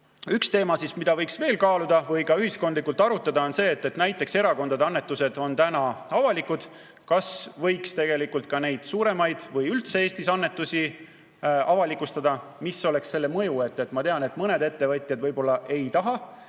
teema, mida võiks veel kaaluda või ühiskondlikult arutada, on see, et näiteks erakondade annetused on praegu avalikud. Kas võiks tegelikult ka neid suuremaid või üldse Eestis annetusi avalikustada? Mis oleks selle mõju? Ma tean, et mõned ettevõtjad võib-olla ei taha